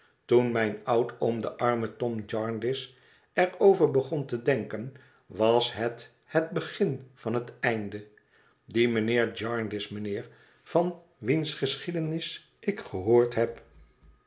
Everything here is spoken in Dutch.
toen mijn oudoom de arme tom jarndyce er over begon te denken was het het begin van het einde die mijnheer jarndyce mijnheer van wiens geschiedenis ik gehoord heb